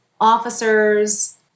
officers